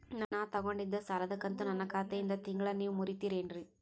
ನಾ ತೊಗೊಂಡಿದ್ದ ಸಾಲದ ಕಂತು ನನ್ನ ಖಾತೆಯಿಂದ ತಿಂಗಳಾ ನೇವ್ ಮುರೇತೇರೇನ್ರೇ?